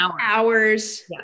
hours